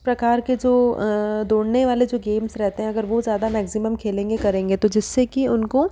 प्रकार के जो दौड़ने वाले जो गेम्स रहते हैं अगर वो ज्यादा मक्सिमम खेलेंगे करेंगे तो जिससे कि उनको